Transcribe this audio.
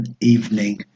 evening